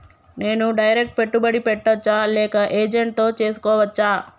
నేను డైరెక్ట్ పెట్టుబడి పెట్టచ్చా లేక ఏజెంట్ తో చేస్కోవచ్చా?